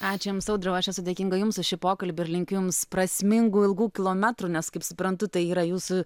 ačiū jums audriau aš esu dėkinga jums už šį pokalbį ir linkiu jums prasmingų ilgų kilometrų nes kaip suprantu tai yra jūsų